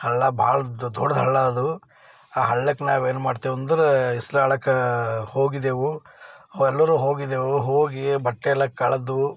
ಹಳ್ಳ ಭಾಳ ದೊಡ್ದು ಹಳ್ಳ ಅದು ಆ ಹಳ್ಳಕ್ಕೆ ನಾವು ಏನು ಮಾಡ್ತೇವು ಅಂದ್ರೆ ಈಜಲಾಡಲಿಕ್ಕೆ ಹೋಗಿದ್ದೆವು ಎಲ್ಲರು ಹೋಗಿದ್ದೇವು ಹೋಗಿ ಬಟ್ಟೆ ಎಲ್ಲ ಕಳೆದು